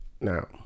Now